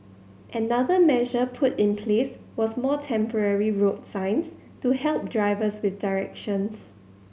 another measure put in place was more temporary road signs to help drivers with directions